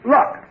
Look